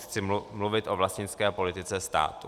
Chci mluvit o vlastnické politice státu.